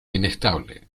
inestable